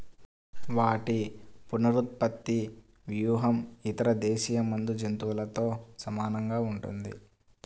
వాటి పునరుత్పత్తి వ్యూహం ఇతర దేశీయ మంద జంతువులతో సమానంగా ఉంటుంది